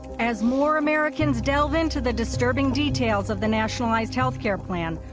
as more americans delve into the disturbing details of the nationalized healthcare plan,